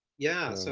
yeah. so